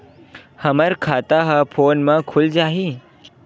हमर खाता ह फोन मा खुल जाही?